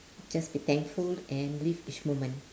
just be thankful and live each moment